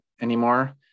anymore